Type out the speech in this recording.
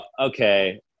okay